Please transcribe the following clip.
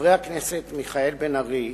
חברי הכנסת מיכאל בן-ארי,